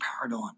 paradigm